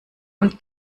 und